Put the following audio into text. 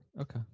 Okay